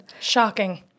Shocking